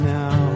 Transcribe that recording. now